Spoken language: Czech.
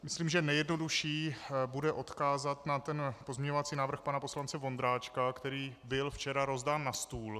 Myslím, že nejjednodušší bude odkázat na pozměňovací návrh pana poslance Vondráčka, který byl včera rozdán na stůl.